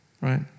right